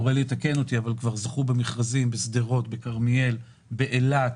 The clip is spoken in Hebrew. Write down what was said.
כבר זכו במכרזים בשדרות, בכרמיאל, באילת,